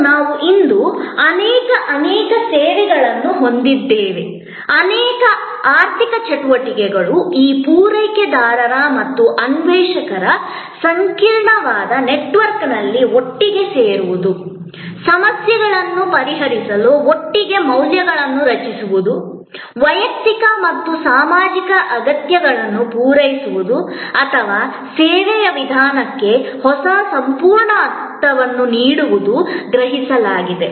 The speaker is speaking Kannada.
ಮತ್ತು ನಾವು ಇಂದು ಅನೇಕ ಅನೇಕ ಸೇವೆಗಳನ್ನು ಹೊಂದಿದ್ದೇವೆ ಅನೇಕ ಅನೇಕ ಆರ್ಥಿಕ ಚಟುವಟಿಕೆಗಳು ಈ ಪೂರೈಕೆದಾರರು ಮತ್ತು ಅನ್ವೇಷಕರು ಸಂಕೀರ್ಣವಾದ ನೆಟ್ವರ್ಕ್ ನಲ್ಲಿ ಒಟ್ಟಿಗೆ ಸೇರುವುದು ಸಮಸ್ಯೆಗಳನ್ನು ಪರಿಹರಿಸಲು ಒಟ್ಟಿಗೆ ಮೌಲ್ಯಗಳನ್ನು ರಚಿಸುವುದು ವೈಯಕ್ತಿಕ ಮತ್ತು ಸಾಮಾಜಿಕ ಅಗತ್ಯಗಳನ್ನು ಪೂರೈಸುವುದು ಅಥವಾ ಸೇವೆಯ ವಿಧಾನಕ್ಕೆ ಹೊಸ ಸಂಪೂರ್ಣ ಅರ್ಥವನ್ನು ನೀಡುವುದು ಗ್ರಹಿಸಲಾಗಿದೆ